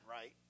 right